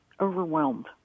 overwhelmed